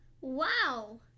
Wow